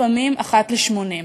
לפעמים אחת ל-80.